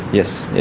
yes. yeah